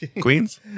queens